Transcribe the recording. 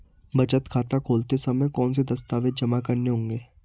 बचत खाता खोलते समय कौनसे दस्तावेज़ जमा करने होंगे?